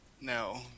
no